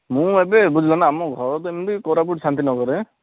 ମୁଁ ଏବେ ବୁଝିଲ ନା ଆମ ଘର ତ ଏମତି କୋରାପୁଟ ଶାନ୍ତିନଗରରେ